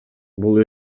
бул